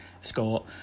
Scott